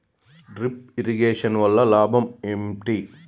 Drip irrigation వల్ల లాభం ఏంటి?